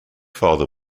father